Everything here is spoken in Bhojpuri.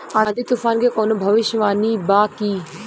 आँधी तूफान के कवनों भविष्य वानी बा की?